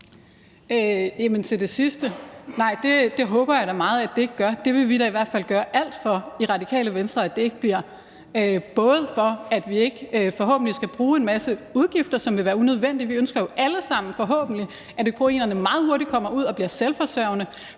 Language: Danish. det håber jeg da meget at det ikke gør. Det vil vi da i Radikale Venstre i hvert fald gøre alt for at det ikke bliver, så vi forhåbentlig ikke får en masse udgifter, som vil være unødvendige. Vi ønsker og håber jo alle sammen, at ukrainerne meget hurtigt kommer ud og bliver selvforsørgende.